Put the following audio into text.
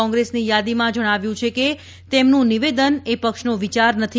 કોંગ્રેસની યાદીમાં જણાવ્યું છે કે તેમનું નિવેદન એ પક્ષનો વિચાર નથી